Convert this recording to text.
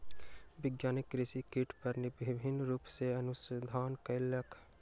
वैज्ञानिक कृषि कीट पर विभिन्न रूप सॅ अनुसंधान कयलक